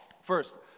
first